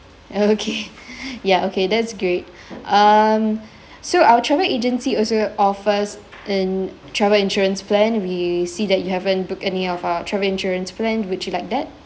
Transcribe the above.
okay ya okay that's great um so our travel agency also offers an travel insurance plan we see that you haven't booked any of our travel insurance plan would you like that